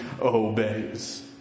obeys